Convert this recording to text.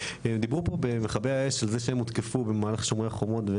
דיברו פה ממכבי האש על זה שהם הותקפו במהלך "שומר חומות".